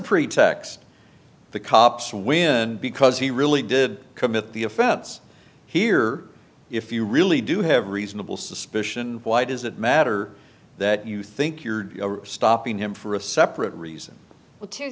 pretext the cops win because he really did commit the offense here if you really do have reasonable suspicion why does it matter that you think you're stopping him for a separate reason